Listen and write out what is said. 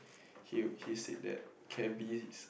he he said that can be